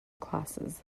classes